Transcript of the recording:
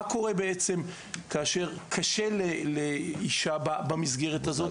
מה קורה בעצם כאשר קשה לאישה במסגרת הזאת?